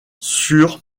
sur